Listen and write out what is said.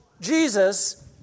Jesus